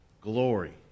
Glory